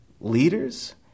leaders